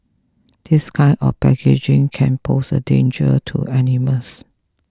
this kind of packaging can pose a danger to animals